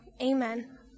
Amen